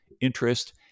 interest